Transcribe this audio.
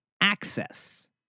access